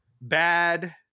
bad